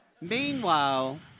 Meanwhile